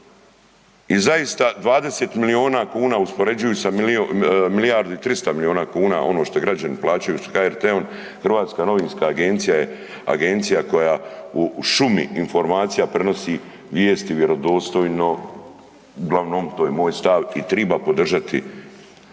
i zaista 20 milijuna kuna uspoređujuć sa milijardu i 300 milijuna kuna, ono što građani plaćaju s HRT-om, Hrvatska novinska agencija je agencija koja u šumi informacija prenosi vijesti vjerodostojno, uglavnom to je moj stav, i triba podržati njihov